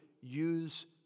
use